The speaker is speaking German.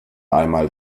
einmal